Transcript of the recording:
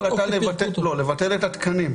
התקבלה החלטה לבטל את התקנים.